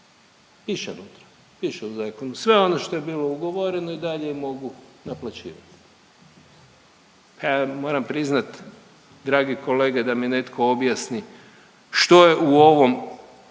piše unutra, piše u zakonu, sve ono što je bilo ugovoreno i dalje mogu naplaćivati. Moram priznat drage kolege da mi netko objasni što je u ovom